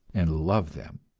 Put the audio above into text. and loved them,